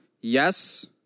Yes